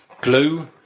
glue